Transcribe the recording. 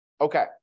Okay